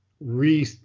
re